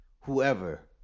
whoever